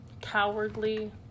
cowardly